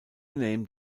name